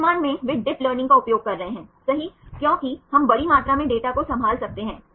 वर्तमान में वे डिप लर्निंग का उपयोग कर रहे हैं सही क्योंकि हम बड़ी मात्रा में डेटा को संभाल सकते हैं